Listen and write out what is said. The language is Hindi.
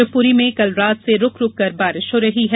शिवपूरी में कल रात से रूक रूककर बारिष हो रही है